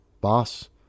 Boss